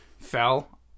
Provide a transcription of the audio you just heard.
...fell